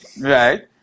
Right